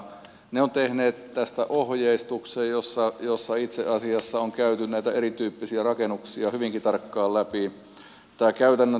ne ovat tehneet tästä ohjeistuksen jossa itse asiassa on käyty näitä erityyppisiä rakennuksia hyvinkin tarkkaan läpi